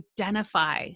identify